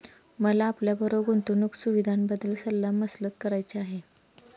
मला आपल्याबरोबर गुंतवणुक सुविधांबद्दल सल्ला मसलत करायची आहे